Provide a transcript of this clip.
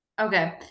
Okay